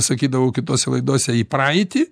sakydavau kitose laidose į praeitį